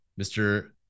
Mr